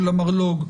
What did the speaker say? של המרלו"ג,